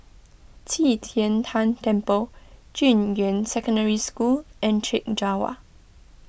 Qi Tian Tan Temple Junyuan Secondary School and Chek Jawa